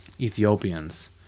Ethiopians